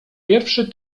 pierwszy